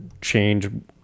change